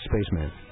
Spaceman